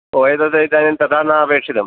वैदद इदानीं तथा न अपेक्षितम्